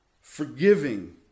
forgiving